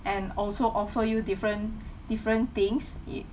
and also offer you different different things it